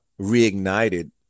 reignited